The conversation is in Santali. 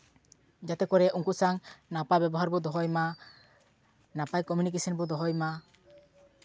ᱡᱟᱛᱮ ᱠᱚᱨᱮ ᱩᱱᱠᱩ ᱥᱟᱶ ᱱᱟᱯᱟᱭ ᱵᱮᱵᱚᱦᱟᱨ ᱵᱚᱱ ᱫᱚᱦᱚᱭ ᱢᱟ ᱱᱟᱯᱟᱭ ᱠᱚᱢᱤᱱᱤᱠᱮᱥᱚᱱ ᱵᱚᱱ ᱫᱚᱦᱚᱭ ᱢᱟ